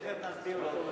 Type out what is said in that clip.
תיכף נסביר לו.